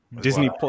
Disney